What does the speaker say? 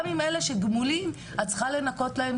גם עם אלה שגמולים את צריכה לנקות להם,